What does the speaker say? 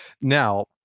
Now